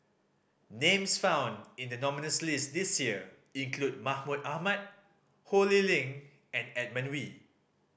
names found in the nominees' list this year include Mahmud Ahmad Ho Lee Ling and Edmund Wee